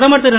பிரதமர் திரு